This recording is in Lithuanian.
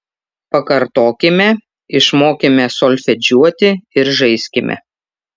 pakartokime išmokime solfedžiuoti ir žaiskime